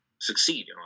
succeed